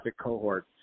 cohort